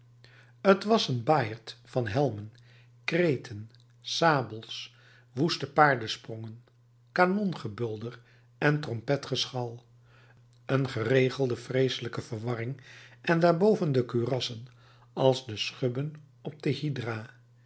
t was een baaierd van helmen kreten sabels woeste paardensprongen kanongebulder en trompetgeschal een geregelde vreeselijke verwarring en daarboven de kurassen als de schubben op de